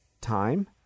time